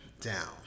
down